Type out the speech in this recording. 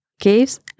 caves